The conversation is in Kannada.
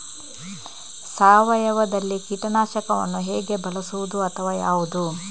ಸಾವಯವದಲ್ಲಿ ಕೀಟನಾಶಕವನ್ನು ಹೇಗೆ ಬಳಸುವುದು ಅಥವಾ ಯಾವುದು?